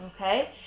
okay